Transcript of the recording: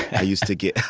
i used to get,